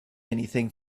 anything